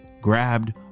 grabbed